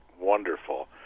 wonderful